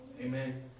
Amen